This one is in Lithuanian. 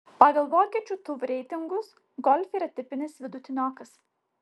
pagal vokiečių tuv reitingus golf yra tipinis vidutiniokas